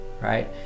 right